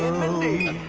mindy